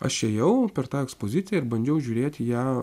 aš ėjau per tą ekspoziciją ir bandžiau žiūrėt į ją